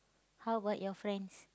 how about your friends